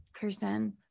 person